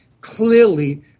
Clearly